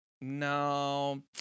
no